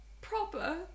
proper